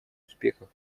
успехов